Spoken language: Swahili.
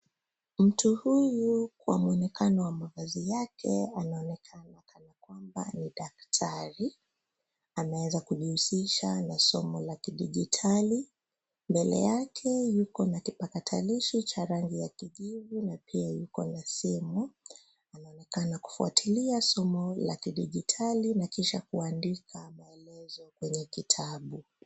Mtu huyu kwa muonekano wa mavazi yake anaonekana kana kwamba ni daktari. Anaweza kujihusisha na somo la kidijitali. Mbele yake yuko na kipakatalishi cha rangi ya kijivu na pia yuko na simu. Anaonekana kufuatilia somo la kidijitali na kisha kuandika maelezo kwenye kitabu.